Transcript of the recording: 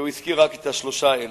הוא הזכיר רק את השלושה האלה.